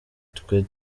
twe